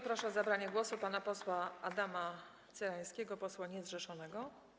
Proszę o zabranie głosu pana posła Adama Cyrańskiego, posła niezrzeszonego.